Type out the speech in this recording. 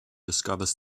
discovers